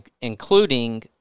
including